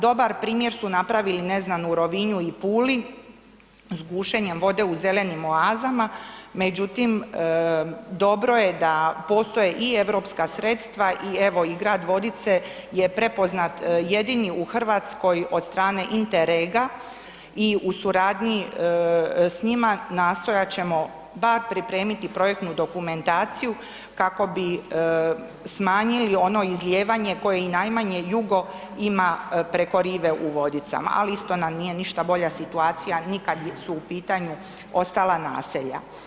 Dobar primjer su napravili, ne znam, u Rovinju i Puli s gušenjem vode u zelenim oazama, međutim, dobro je da postoje i europska sredstva i evo, i grad Vodice je prepoznat jedini u Hrvatskoj od strane Interrega i u suradnji s njima nastojat ćemo bar pripremiti projektnu dokumentaciju kako bi smanjili ono izlijevanje koje i najmanje jugo ima preko rive u Vodicama, ali isto nam nije ništa bolja situacija ni kad su u pitanju ostala naselja.